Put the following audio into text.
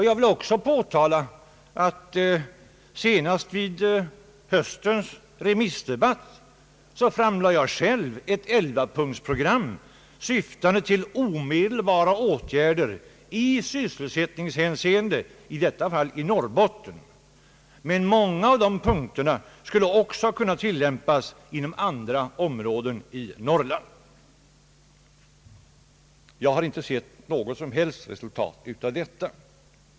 Jag vill också framhålla att jag senast vid höstens remissdebatt själv framlade ett elvapunktsprogram syftande till omedelbara åtgärder i sysselsättningshänseende i detta fall i Norrbotten, men många av dessa programpunkter skulle också ha kunnat tillämpas inom andra områden i Norrland. Jag har inte sett något som helst resultat av detta.